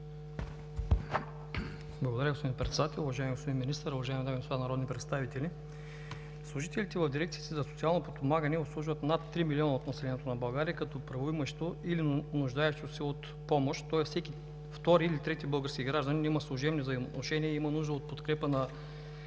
Благодаря, господин Председател. Уважаеми господин Министър, уважаеми дами и господа народни представители! Служителите в дирекциите за социално подпомагане обслужват над три милиона от населението на България като правоимащо или нуждаещо се от помощ, тоест всеки втори или трети български гражданин има служебни взаимоотношения и има нужда от подкрепата